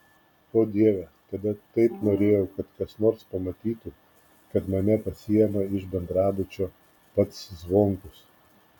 o dieve tada taip norėjau kad kas nors pamatytų kad mane pasiima iš bendrabučio pats zvonkus